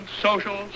social